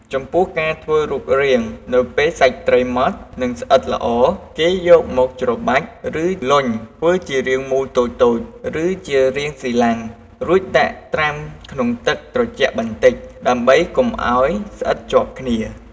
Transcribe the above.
ចំពោះការធ្វើរូបរាង នៅពេលសាច់ត្រីម៉ត់ និងស្អិតល្អ គេយកមកច្របាច់ ឬលុញធ្វើជារាងមូលតូចៗ ឬជារាងស៊ីឡាំង រួចដាក់ត្រាំក្នុងទឹកត្រជាក់បន្តិច ដើម្បីកុំឱ្យស្អិតជាប់គ្នា។